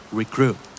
recruit